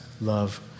love